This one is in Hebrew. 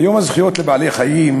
ביום זכויות בעלי-החיים